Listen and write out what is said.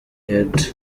heard